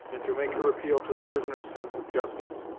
and to make her appeal to the prisoner's sense of justice,